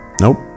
Nope